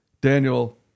Daniel